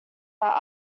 are